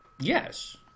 Yes